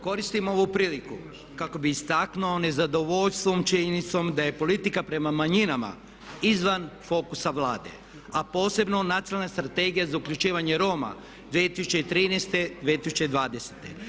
Koristim ovu priliku kako bi istaknuo nezadovoljstvo činjenicom da je politika prema manjinama izvan fokusa Vlade, a posebno nacionalna Strategija za uključivanje Roma 2013.-2020.